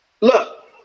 look